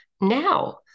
now